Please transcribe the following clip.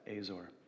Azor